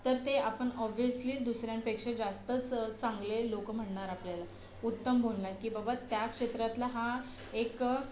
तर ते आपण ऑब्व्हियसली दुसऱ्यांपेक्षा जास्तच चांगले लोकं म्हणणार आपल्याला उत्तम बोलणार की बाबा त्या क्षेत्रातला हा एक